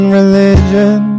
religion